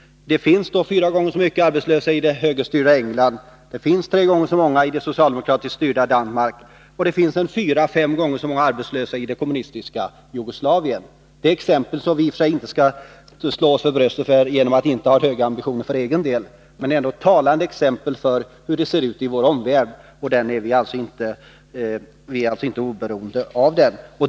Det finns fyra gånger så många arbetslösa i det högerstyrda England, det finns tre gånger så många i det socialdemokratiskt styrda Danmark och det finns fyra fem gånger så många arbetslösa i det kommunistiska Jugoslavien. Det är exempel som vi i och för sig inte skall slå oss för bröstet över genom att inte ha höga ambitioner för egen del. Men det är ändå talande exempel på hur det ser ut i vår omvärld, och den är vi alltså inte oberoende av.